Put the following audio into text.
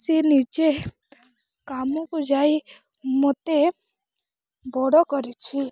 ସିଏ ନିଜେ କାମକୁ ଯାଇ ମୋତେ ବଡ଼ କରିଛି